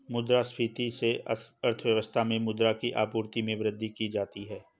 मुद्रा संस्फिति से अर्थव्यवस्था में मुद्रा की आपूर्ति में वृद्धि की जाती है